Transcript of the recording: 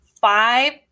five